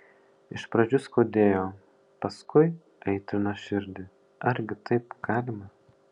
iš pradžių skaudėjo paskui aitrino širdį argi taip galima